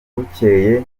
bukeye